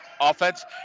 offense